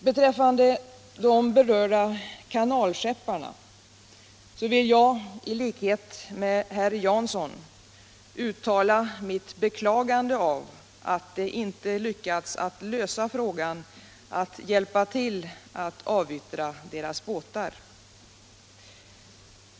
Beträffande de berörda kanalskepparna vill jag i likhet med herr Jansson uttala mitt beklagande av man inte har lyckats lösa frågan att hjälpa till att avyttra deras båtar.